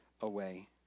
away